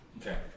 Okay